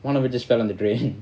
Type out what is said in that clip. one of it just fell on the drain